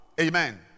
Amen